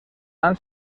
han